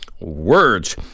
words